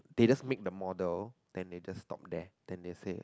they just make the model then they just stopped there then they say